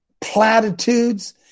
platitudes